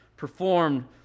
performed